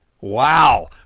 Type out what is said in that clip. Wow